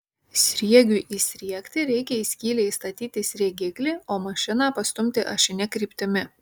sriegiui įsriegti reikia į skylę įstatyti sriegiklį o mašiną pastumti ašine kryptimi